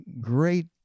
great